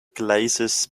glacis